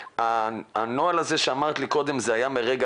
--- הנוהל הזה שציינת קודם היה מהרגע